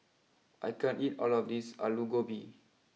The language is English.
I can't eat all of this Alu Gobi